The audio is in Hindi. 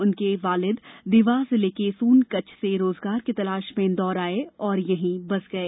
उनके बालिद देवास जिले के सोनकच्छ से रोजगार की तलाश में इंदौर आये और यहीं बस गये